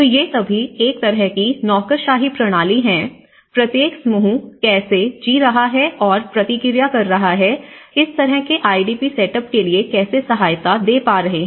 तो ये सभी एक तरह की नौकरशाही प्रणाली है प्रत्येक समूह कैसे जी रहा है और प्रतिक्रिया कर रहा है इस तरह के आईडीपी सेटअप के लिए कैसे सहायता दे पा रहे हैं